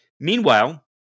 Meanwhile